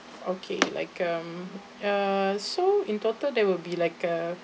okay like um uh so in total that will be like a